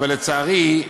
אבל, לצערי,